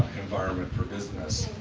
environment for business.